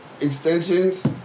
extensions